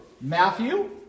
Matthew